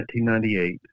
1998